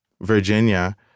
Virginia